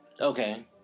Okay